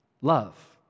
love